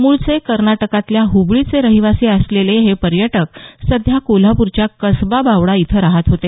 मूळचे कर्नाटकातल्या ह्बळीचे रहिवासी असलेले हे पर्यटक सध्या कोल्हापूरच्या कसबा बावडा इथं राहत होते